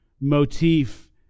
motif